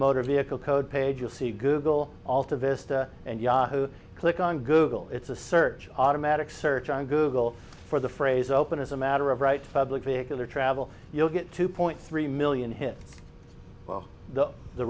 see google altavista and yahoo click on google it's a search automatic search on google for the phrase open as a matter of right public vehicle or travel you'll get two point three million hits while the the